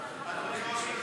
הזה.